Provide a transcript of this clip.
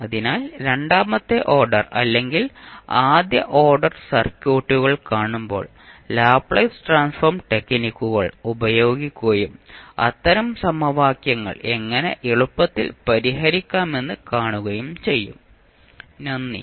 അതിനാൽ രണ്ടാമത്തെ ഓർഡർ അല്ലെങ്കിൽ ആദ്യ ഓർഡർ സർക്യൂട്ടുകൾ കാണുമ്പോൾ ലാപ്ലേസ് ട്രാൻസ്ഫോം ടെക്നിക്കുകൾ ഉപയോഗിക്കുകയും അത്തരം സമവാക്യങ്ങൾ എങ്ങനെ എളുപ്പത്തിൽ പരിഹരിക്കാമെന്ന് കാണുകയും ചെയ്യും നന്ദി